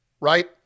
right